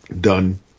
done